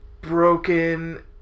broken